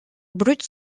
brut